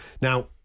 now